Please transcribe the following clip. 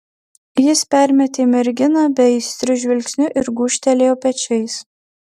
jis permetė merginą beaistriu žvilgsniu ir gūžtelėjo pečiais